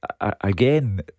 Again